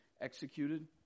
executed